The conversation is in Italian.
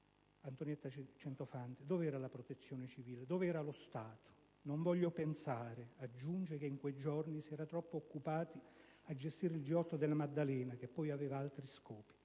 Antonietta Centofanti: «Dov'era la Protezione civile? Dov'era lo Stato? Non voglio pensare che in quei giorni si era troppo occupati a gestire il G8 della Maddalena, che poi aveva altri scopi».